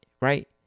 right